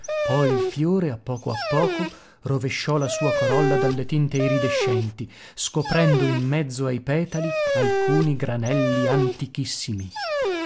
poi il fiore a poco a poco rovesciò la sua corolla dalle tinte iridescenti scoprendo in mezzo ai petali alcuni granelli antichissimi